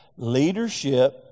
Leadership